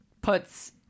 puts